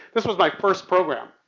this was my first program.